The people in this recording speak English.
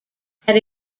had